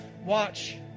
watch